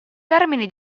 termini